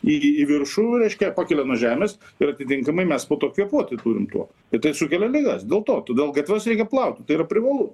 į į viršų reiškia pakelia nuo žemės ir atitinkamai mes po kvėpuoti turim tuo ir tai sukelia ligas dėl to todėl gatves reikia plauti tai yra privalu